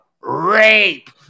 rape